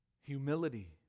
humility